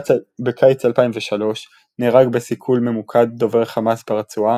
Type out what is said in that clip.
בקיץ 2003 נהרג בסיכול ממוקד דובר חמאס ברצועה,